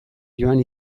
joan